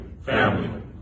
family